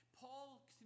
Paul